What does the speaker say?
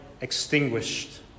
extinguished